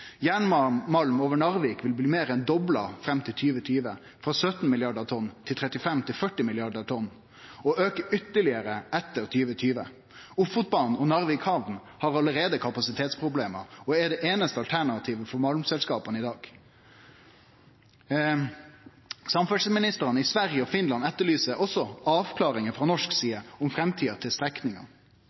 over Narvik vil bli meir enn dobla fram til 2020, frå 17 milliardar tonn til 35–40 milliardar tonn, og auke ytterlegare etter 2020. Ofotbanen og Narvik hamn har allereie kapasitetsproblem og er det einaste alternativet for malmselskapa i dag. Samferdselsministrane i Sverige og Finland etterlyser også avklaringar frå norsk side om framtida til